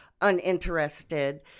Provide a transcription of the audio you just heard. uninterested